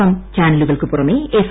M ചാനലുകൾക്കു പുറമേ F